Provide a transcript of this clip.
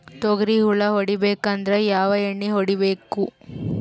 ತೊಗ್ರಿ ಹುಳ ಹೊಡಿಬೇಕಂದ್ರ ಯಾವ್ ಎಣ್ಣಿ ಹೊಡಿಬೇಕು?